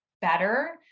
better